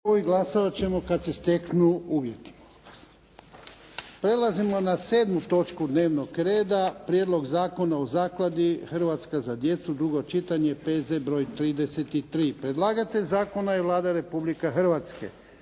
**Jarnjak, Ivan (HDZ)** Prelazimo na sedmu točku dnevnog reda - Konačni prijedlog Zakona o zakladi “Hrvatska za djecu“, drugo čitanje, P.Z. br. 33 Predlagatelj zakona je Vlada Republike Hrvatske.